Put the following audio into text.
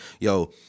yo